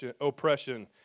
oppression